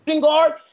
guard